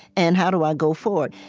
and how do i go forward?